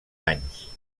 anys